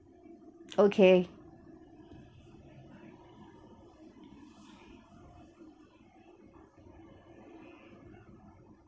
okay